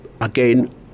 again